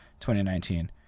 2019